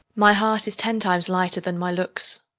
my heart is ten times lighter than my looks.